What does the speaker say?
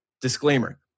Disclaimer